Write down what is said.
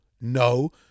No